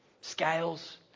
scales